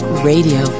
Radio